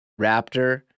Raptor